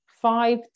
five